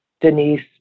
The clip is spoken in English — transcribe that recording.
Denise